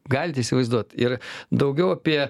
galit įsivaizduot ir daugiau apie